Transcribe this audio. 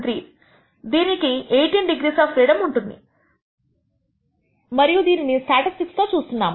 73 దీనికి 18 degrees of freedom ఉంటుంది మరియు దీనిని స్టాటిస్టిక్ తో చూస్తున్నాము